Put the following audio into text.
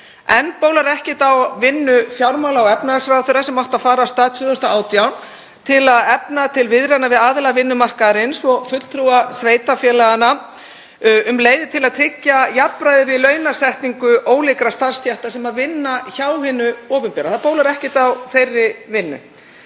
Enn bólar ekkert á vinnu fjármála- og efnahagsráðherra sem átti að fara af stað 2018 til að efna til viðræðna við aðila vinnumarkaðarins og fulltrúa sveitarfélaganna um leiðir til að tryggja jafnræði við launasetningu ólíkra starfsstétta sem vinna hjá hinu opinbera. Það bólar ekkert á þeirri vinnu.